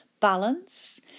balance